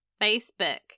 Facebook